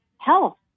health